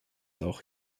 auch